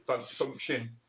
function